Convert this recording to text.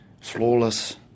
flawless